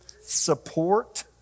support